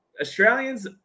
Australians